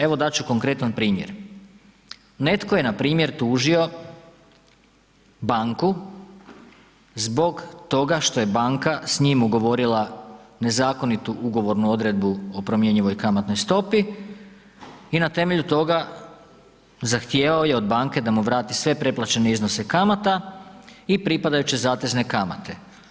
Evo dat ću konkretan primjer, netko je npr. tužio banku zbog toga što je banka s njim ugovorila nezakonitu ugovornu odredbu o promjenjivoj kamatnoj stopi i na temelju toga zahtijevao je od banke da mu vrati sve preplaćene iznose kamata i pripadajuće zatezne kamate.